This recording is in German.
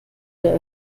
der